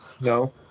No